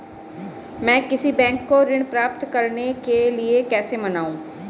मैं किसी बैंक को ऋण प्राप्त करने के लिए कैसे मनाऊं?